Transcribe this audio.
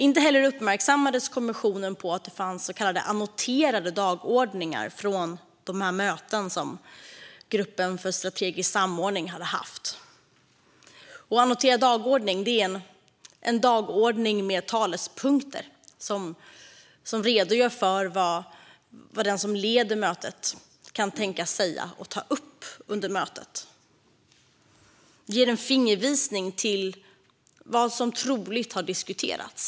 Inte heller uppmärksammades kommissionen på att det fanns så kallade annoterade dagordningar från de möten som gruppen för strategisk samordning hade haft. Annoterad dagordning är en dagordning med talepunkter som redogör för vad den som leder mötet kan tänkas säga och ta upp under mötet. Det ger en fingervisning om vad som troligt har diskuterats.